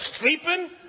sleeping